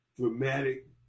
dramatic